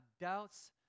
doubts